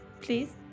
Please